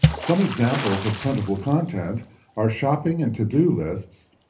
some examples of printable content are shopping and to-do lists,